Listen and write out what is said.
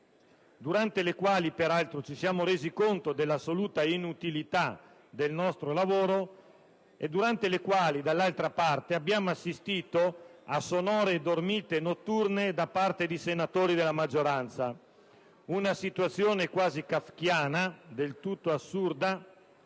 durante le quali peraltro ci siamo resi conto dell'assoluta inutilità del nostro lavoro e durante le quali abbiamo assistito a sonore dormite notturne da parte di senatori della maggioranza: una situazione quasi kafkiana, del tutto assurda.